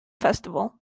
festival